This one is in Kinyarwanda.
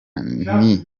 nti